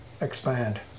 expand